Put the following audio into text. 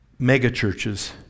megachurches